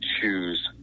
choose